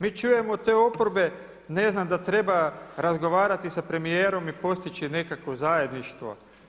Mi čujemo te oporbe, ne znam da treba razgovarati sa premijerom i postići nekakvo zajedništvo.